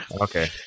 Okay